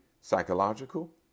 psychological